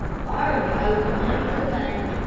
farley owes money to the bank.